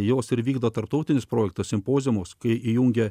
jos ir vykdo tarptautinius projektus simpoziumuose kai įjungia